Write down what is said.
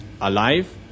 Alive